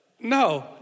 no